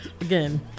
again